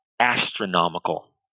astronomical